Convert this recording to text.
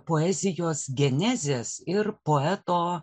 poezijos genezės ir poeto